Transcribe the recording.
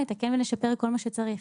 לתקן ולשפר כל מה שצריך).